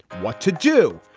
what to do?